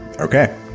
okay